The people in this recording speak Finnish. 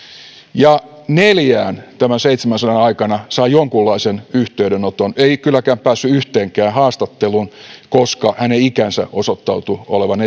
ja neljään tämän seitsemänsadan aikana sai jonkunlaisen yhteydenoton ei kylläkään päässyt yhteenkään haastatteluun koska hänen ikänsä osoittautui olevan